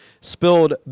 spilled